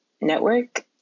network